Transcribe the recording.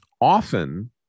often